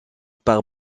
par